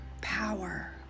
power